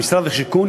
משרד השיכון,